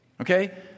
Okay